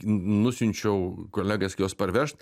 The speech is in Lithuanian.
nusiunčiau kolegas juos parvežt